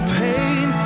pain